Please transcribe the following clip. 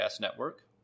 Network